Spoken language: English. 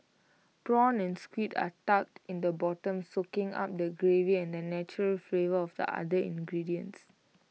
prawn and squid are tucked in the bottom soaking up the gravy and the natural flavours of the other ingredients